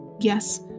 Yes